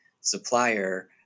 supplier